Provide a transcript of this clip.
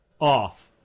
off